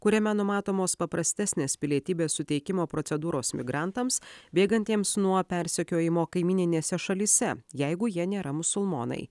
kuriame numatomos paprastesnės pilietybės suteikimo procedūros migrantams bėgantiems nuo persekiojimo kaimyninėse šalyse jeigu jie nėra musulmonai